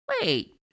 Wait